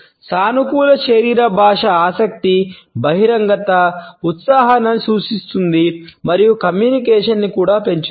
సానుకూల శరీర భాష ఆసక్తి బహిరంగత ఉత్సాహాన్ని సూచిస్తుంది మరియు కమ్యూనికేషన్ ను కూడా పెంచుతుంది